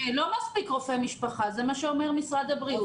לא מספיק רופא משפחה, זה מה שאומר משרד הבריאות.